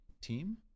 team